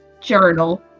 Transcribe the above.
journal